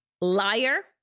liar